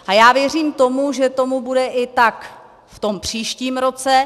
A já věřím tomu, že tomu tak bude i v tom příštím roce.